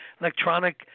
electronic